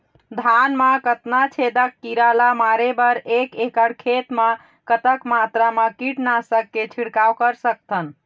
धान मा कतना छेदक कीरा ला मारे बर एक एकड़ खेत मा कतक मात्रा मा कीट नासक के छिड़काव कर सकथन?